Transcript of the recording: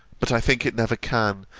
but i think it never can,